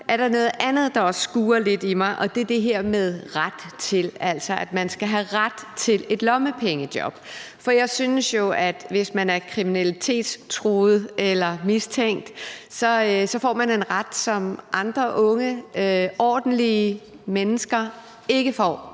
er der en anden ting, der også skurrer lidt for mig, og det er det her med at skulle have ret til, altså at man skal have ret til et lommepengejob. For jeg synes jo, at man, hvis man er kriminalitetstruet eller -mistænkt, så får en ret, som andre unge, ordentlige mennesker, ikke får,